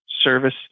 service